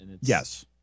Yes